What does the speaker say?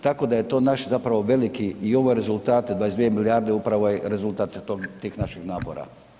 Tako da je to naš zapravo veliki i ovo je rezultat 22 milijarde upravo je rezultat tih naših napora.